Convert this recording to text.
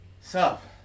sup